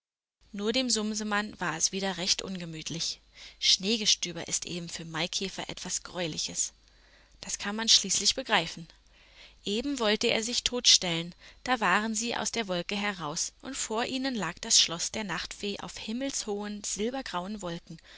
nur dem sumsemann war es wieder recht ungemütlich schneegestöber ist eben für maikäfer etwas greuliches das kann man schließlich begreifen eben wollte er sich totstellen da waren sie aus der wolke heraus und vor ihnen lag das schloß der nachtfee auf himmelhohen silbergrauen wolken